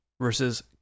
versus